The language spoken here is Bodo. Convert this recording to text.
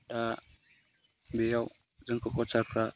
दा बेयाव जोंखौ कचारफ्रा